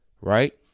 right